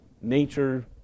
nature